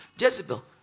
Jezebel